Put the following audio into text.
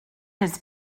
his